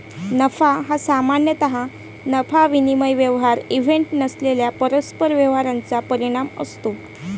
नफा हा सामान्यतः नफा विनिमय व्यवहार इव्हेंट नसलेल्या परस्पर व्यवहारांचा परिणाम असतो